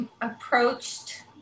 approached